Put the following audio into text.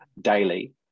daily